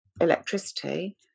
electricity